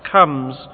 comes